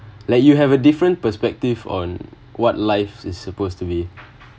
like you have a different perspective on what life is supposed to be